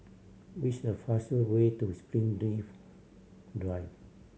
which is the faster way to Springleaf Drive